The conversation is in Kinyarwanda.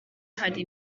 hari